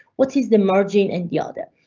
what is the margin and the ah and